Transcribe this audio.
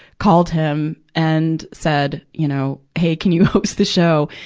called him and said, you know, hey, can you host the show?